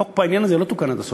החוק בעניין הזה לא תוקן עד הסוף.